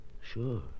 Sure